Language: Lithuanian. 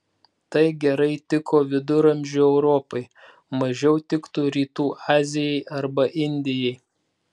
tai gerai tiko viduramžių europai mažiau tiktų rytų azijai arba indijai